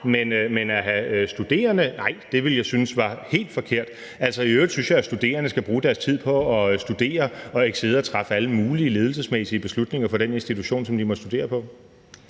Men at have studerende repræsenteret – nej, det ville jeg synes var helt forkert. I øvrigt synes jeg, at studerende skal bruge deres tid på at studere og ikke sidde og træffe alle mulige ledelsesmæssige beslutninger på den institution, de måtte studere på.